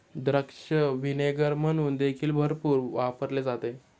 द्राक्ष व्हिनेगर म्हणून देखील भरपूर वापरले जाते